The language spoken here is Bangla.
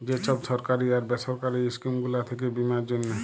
যে ছব সরকারি আর বেসরকারি ইস্কিম গুলা থ্যাকে বীমার জ্যনহে